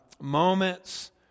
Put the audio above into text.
moments